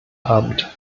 abend